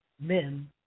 men